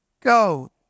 go